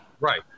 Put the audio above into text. Right